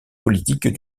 politique